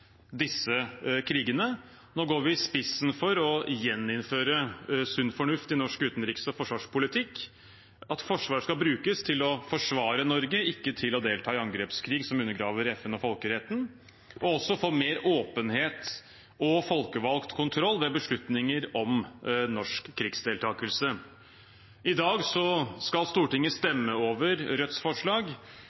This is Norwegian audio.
disse krigene. Nå går vi i spissen for å gjeninnføre sunn fornuft i norsk utenriks- og forsvarspolitikk, at Forsvaret skal brukes til å forsvare Norge, ikke til å delta i angrepskrig som undergraver FN og folkeretten, og også for mer åpenhet og folkevalgt kontroll ved beslutninger om norsk krigsdeltakelse. I dag skal Stortinget stemme over Rødts forslag